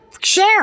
share